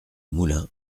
moulin